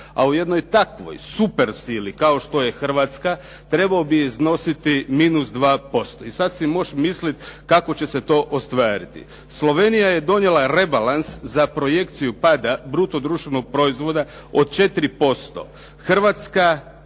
a u jednoj takvoj supersili kao što je Hrvatska, trebao bi iznositi minus 2%. I sada si možeš misliti, kako će se to ostvariti. Slovenija je donijela rebalans za projekciju pada bruto društvenog proizvoda od 4%. Hrvatska